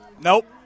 Nope